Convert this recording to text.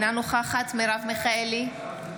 אינה נוכחת מרב מיכאלי,